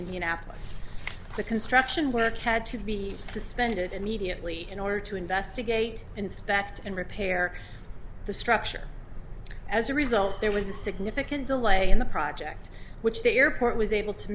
indianapolis the construction work had to be suspended immediately in order to investigate inspect and repair the structure as a result there was a significant delay in the project which the airport was able to